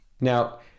Now